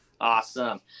Awesome